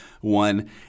One